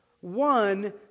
one